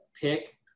pick